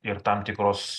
ir tam tikros